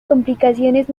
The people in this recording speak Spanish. complicaciones